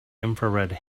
infrared